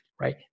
right